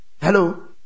Hello